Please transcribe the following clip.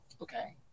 okay